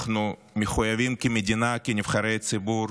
אנחנו מחויבים כמדינה, כנבחרי ציבור,